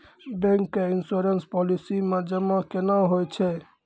Bank के insurance policy मे जमा केना होय छै?